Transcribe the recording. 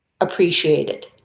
appreciated